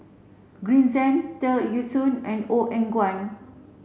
Green Zeng Tear Ee Soon and Ong Eng Guan